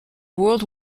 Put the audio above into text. world